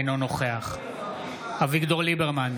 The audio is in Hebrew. אינו נוכח אביגדור ליברמן,